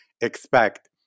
expect